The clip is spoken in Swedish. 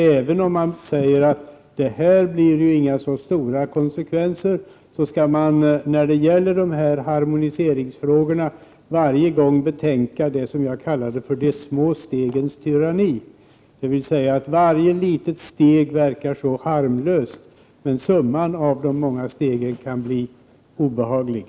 Även om man säger att det inte blir så stora konsekvenser skall man när det gäller dessa harmoniseringsfrågor varje gång betänka det som jag kallade de små stegens tyranni, dvs. att varje litet steg verkar så harmlöst men att summan av de många stegen kan bli obehaglig.